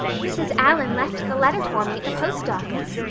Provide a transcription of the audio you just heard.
mrs. allan left the letter for me at the post office.